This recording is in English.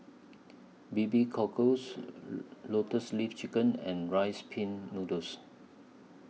B B Cockles Lotus Leaf Chicken and Rice Pin Noodles